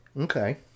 Okay